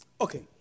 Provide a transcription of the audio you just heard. Okay